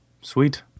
sweet